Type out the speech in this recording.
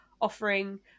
offering